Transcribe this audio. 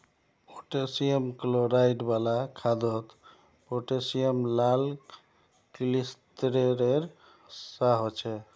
potassium chloride वाला खादोत potassium लाल क्लिस्तेरेर सा होछे